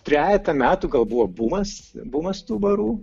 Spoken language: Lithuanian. trejetą metų gal buvo bumas bumas tų barų